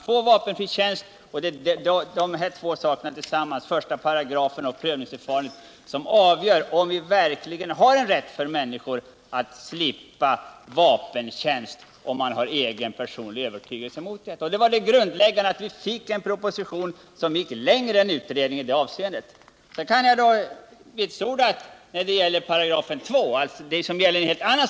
Första paragrafen i denna lag och prövningsförfarandet avgör om vi verkligen har en rätt för de människor, som vill slippa vapentjänst på grund av egen personlig övertygelse. Det grundläggande här var att vi fick en proposition, där man gick längre än man gjorde i utredningen i det avseendet. Så till 2 §, som avser någonting helt annat.